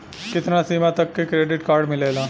कितना सीमा तक के क्रेडिट कार्ड मिलेला?